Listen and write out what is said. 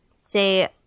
say